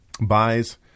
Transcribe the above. buys